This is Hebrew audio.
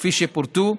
כפי שפורטו,